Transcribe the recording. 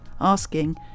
asking